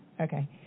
Okay